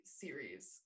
series